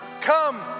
come